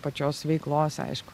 pačios veiklos aišku